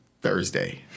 Thursday